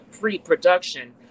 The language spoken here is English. pre-production